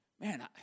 man